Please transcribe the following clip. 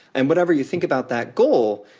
and whatever you think about that goal,